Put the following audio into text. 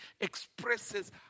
expresses